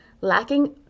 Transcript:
lacking